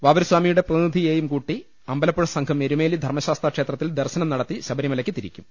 വാവര് സ്വാമിയുടെ പ്രതിനിധിയേയും കൂട്ടി അമ്പല പ്പുഴ സംഘം എരുമേലി ധർമ്മ ശാസ്താ ക്ഷേത്രത്തിൽ ദർശനം നടത്തി ശബരിമലയ്ക്ക് തിരിക്കും